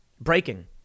breaking